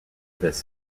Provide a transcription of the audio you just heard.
this